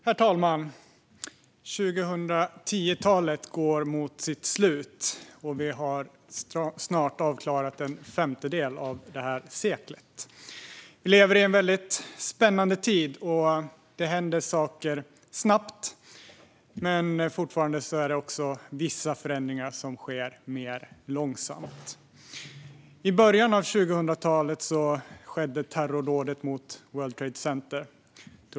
Herr talman! 2010-talet går mot sitt slut, och vi har snart klarat av en femtedel av detta sekel. Vi lever i en spännande tid, och saker händer snabbt. Vissa förändringar sker dock fortfarande mer långsamt. I början av 2000-talet skedde terrordådet mot World Trade Center.